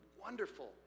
wonderful